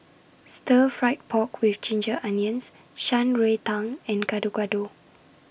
Stir Fried Pork with Ginger Onions Shan Rui Tang and Gado Gado